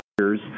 years